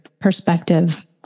perspective